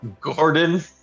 Gordon